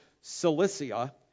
cilicia